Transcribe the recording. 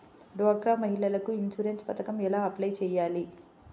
డ్వాక్రా మహిళలకు ఇన్సూరెన్స్ పథకం ఎలా అప్లై చెయ్యాలి?